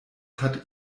hat